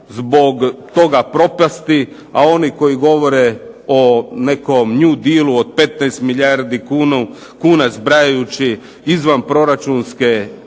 zbog toga propasti, a oni koji govore o nekom new dealu od 15 milijardi kuna zbrajajući izvanproračunske